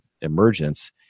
emergence